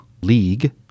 league